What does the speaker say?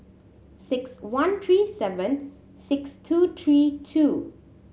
six one three seven six two three two